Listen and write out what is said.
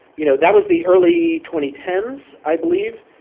you know that was the early twenty ten s, i believe.